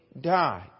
Die